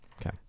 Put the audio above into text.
Okay